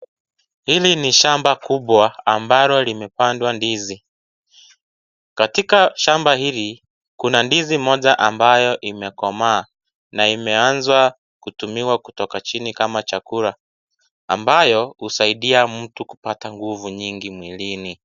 Hili ni shamba kubwa, ambalo limepandwa ndizi. Katika shamba hili, kuna ndizi moja ambayo imekomaa na imeanza kutumiwa kutoka chini kama chakula, ambayo husaidia mtu kupata nguvu nyingi mwilini.